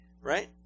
right